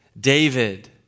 David